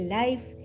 life